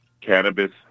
cannabis